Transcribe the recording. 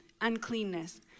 uncleanness